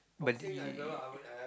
but